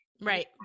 Right